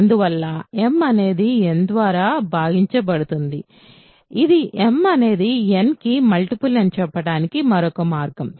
అందువల్ల m అనేది n ద్వారా భాగించబడుతుంది ఇది m అనేది n కి ముల్టిపుల్ అని చెప్పడానికి మరొక మార్గం